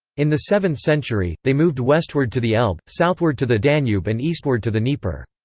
in the seventh century, they moved westward to the elbe, southward to the danube and eastward to the dnieper.